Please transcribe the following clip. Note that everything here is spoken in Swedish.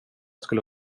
skulle